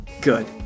good